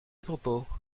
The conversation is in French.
propos